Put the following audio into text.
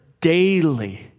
daily